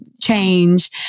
change